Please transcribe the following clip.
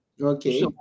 Okay